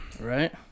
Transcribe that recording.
Right